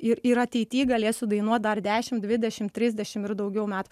ir ir ateity galėsiu dainuot dar dešim dvidešim trisdešim ir daugiau metų